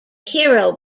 hero